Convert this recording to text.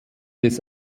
des